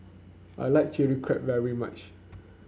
I like Chilli Crab very much